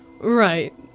Right